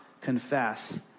confess